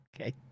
Okay